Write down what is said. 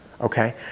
Okay